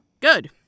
Good